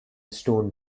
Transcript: stone